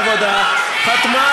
כבעלי תעודת זהות,